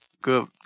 Good